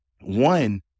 One